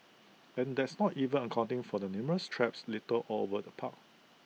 and that's not even accounting for the numerous traps littered all over the park